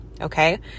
Okay